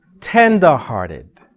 tender-hearted